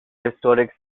historic